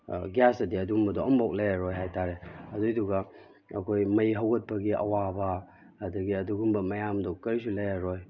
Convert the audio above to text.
ꯒꯤꯌꯥꯁꯇꯗꯤ ꯑꯗꯨꯒꯨꯝꯕꯗꯣ ꯑꯝꯕꯥꯎ ꯂꯩꯔꯔꯣꯏ ꯍꯏꯇꯥꯔꯦ ꯑꯗꯨꯒꯤꯗꯨꯒ ꯑꯩꯈꯣꯏ ꯃꯩ ꯍꯧꯒꯠꯄꯒꯤ ꯑꯋꯥꯕ ꯑꯗꯨꯗꯒꯤ ꯑꯗꯨꯒꯨꯝꯕ ꯃꯌꯥꯝꯗꯣ ꯀꯔꯤꯁꯨ ꯂꯩꯔꯔꯣꯏ